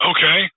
Okay